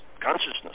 consciousness